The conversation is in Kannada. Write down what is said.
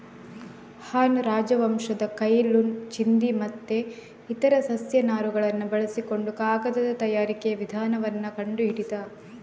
ಹಾನ್ ರಾಜವಂಶದ ಕೈ ಲುನ್ ಚಿಂದಿ ಮತ್ತೆ ಇತರ ಸಸ್ಯ ನಾರುಗಳನ್ನ ಬಳಸಿಕೊಂಡು ಕಾಗದದ ತಯಾರಿಕೆಯ ವಿಧಾನವನ್ನ ಕಂಡು ಹಿಡಿದ